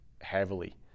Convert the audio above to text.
heavily